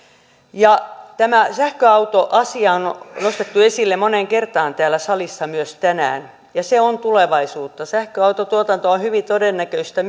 tämä sähköautoasia on nostettu esille moneen kertaan täällä salissa myös tänään ja se on tulevaisuutta sähköautotuotanto on hyvin todennäköistä